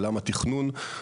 עולם התכנון,